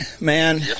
man